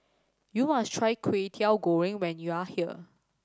you must try Kway Teow Goreng when you are here